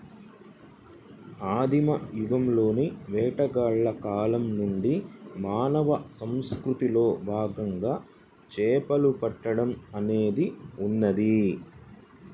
ఆదిమ యుగంలోని వేటగాళ్ల కాలం నుండి మానవ సంస్కృతిలో భాగంగా చేపలు పట్టడం అనేది ఉన్నది